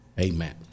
Amen